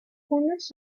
unos